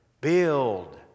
build